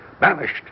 Banished